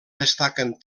destaquen